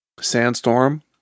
sandstorm